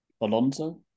Alonso